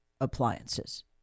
appliances